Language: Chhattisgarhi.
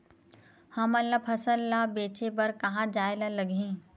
हमन ला फसल ला बेचे बर कहां जाये ला लगही?